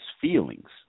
feelings